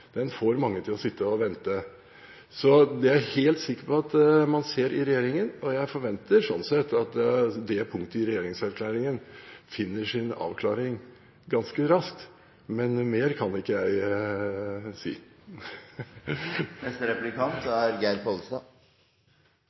den får mange til å sitte og vente. Det er jeg helt sikker på at man ser i regjeringen, og jeg forventer sånn sett at det punktet i regjeringserklæringen finner sin avklaring ganske raskt. Mer kan ikke jeg si. Jeg ser at representanten Gundersen blomstrer når han får snakke om rød-grønn politikk, men han er